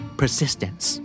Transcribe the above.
persistence